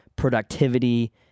productivity